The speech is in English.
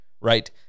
right